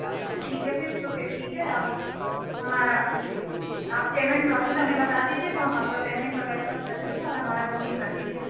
اچھا ٹھیک ہے پھر تو پھر ٹھیک ہے آپ ہمارا جی ٹھیک آپ پیمنٹ پروسیس ہمیں بتا دیجیے تو ہم آپ کا پیمنٹ وغیرہ سب کر دیتے ہیں اور ہمارا بکنگ کر دیجیے آپ